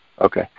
Okay